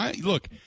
Look